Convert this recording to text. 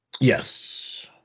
Yes